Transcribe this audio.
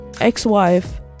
ex-wife